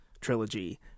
trilogy